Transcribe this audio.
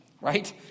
right